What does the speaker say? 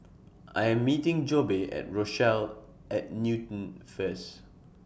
I Am meeting Jobe At Rochelle At Newton First